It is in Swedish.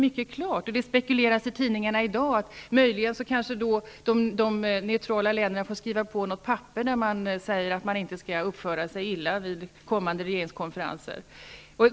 Det spekuleras i tidningarna i dag, att de neutrala länderna möjligen får skriva på något papper där de säger att de inte skall uppföra sig illa vid kommande regeringskonferenser.